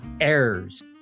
errors